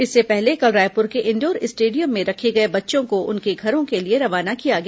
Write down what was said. इससे पहले कल रायपुर के इंडोर स्टेडियम में रखे गए बच्चों को उनके घरों के लिए रवाना किया गया